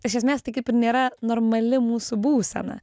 iš esmės tai kaip ir nėra normali mūsų būsena